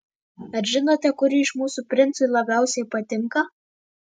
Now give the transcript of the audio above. ar žinote kuri iš mūsų princui labiausiai patinka